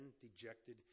dejected